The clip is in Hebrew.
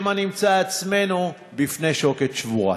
שמא נמצא עצמנו בפני שוקת שבורה.